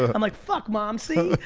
ah i'm like, fuck, mom, see?